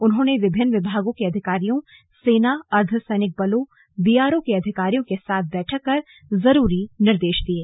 उन्होंने विभिन्न विभागों के अधिकारियों सेना अर्द्ध सैनिक बलों बीआरओ के अधिकारियों के साथ बैठक कर जरूरी निर्देश दिये